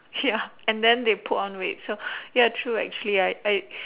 ya and then they put on weight so ya true actually I I